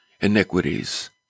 iniquities